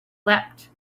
leapt